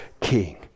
king